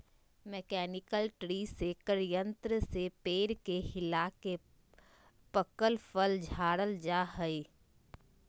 mechanical tree shaker यंत्र से पेड़ के हिलाके पकल फल झारल जा हय